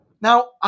Now